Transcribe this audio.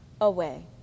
away